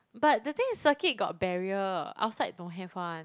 but the thing is circuit got barrier outside don't have [one]